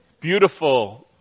beautiful